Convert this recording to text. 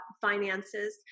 finances